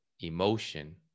emotion